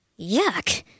Yuck